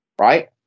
right